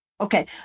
Okay